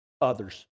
others